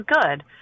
good